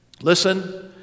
listen